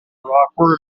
rockwood